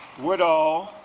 would all